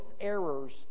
errors